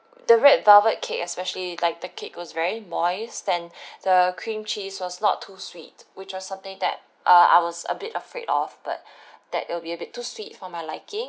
the red velvet cake especially like the cake was very moist then the cream cheese was not too sweet which was something that uh I was a bit afraid of but that it will be a bit too sweet for my liking